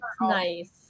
nice